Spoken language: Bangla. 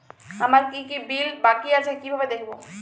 আমার কি কি বিল বাকী আছে কিভাবে দেখবো?